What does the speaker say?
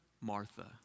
Martha